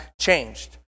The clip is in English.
changed